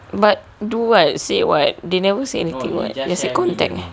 but do what said what they never say anything [what] just a contact